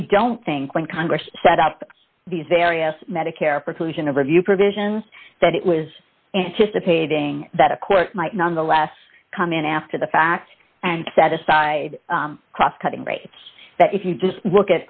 we don't think when congress set up these various medicare preclusion of review provisions that it was anticipating that a court might nonetheless come in after the fact and set aside cost cutting rates that if you just look